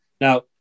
Now